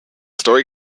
story